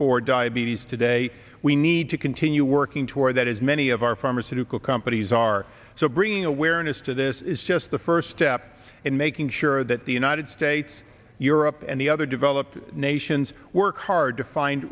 for diabetes today we need to continue working toward that as many of our pharmaceutical companies are so bringing awareness to this is just the first step in making sure that the united states europe and the other developed nations work hard to find